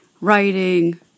writing